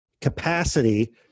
capacity